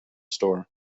store